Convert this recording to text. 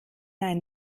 ein